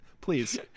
Please